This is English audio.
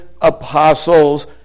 apostles